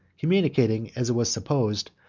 communicating, as it was supposed,